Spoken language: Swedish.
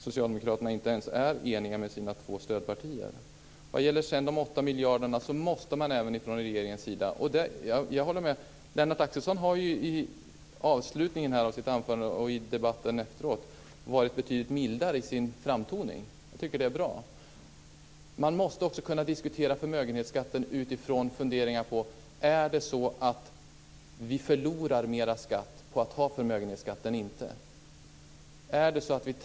Socialdemokraterna är ju inte eniga ens med sina båda stödpartier. Sedan gäller det de 8 miljarderna. Lennart Axelsson har i slutet av sitt anförande här och i debatten efteråt varit betydligt mildare i sin framtoning. Det tycker jag är bra. Man måste ju också kunna diskutera förmögenhetsskatten utifrån funderingar på om vi förlorar mer skatt på att ha förmögenhetsskatten än om vi inte har den.